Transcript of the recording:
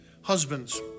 Husbands